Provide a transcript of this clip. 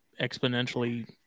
exponentially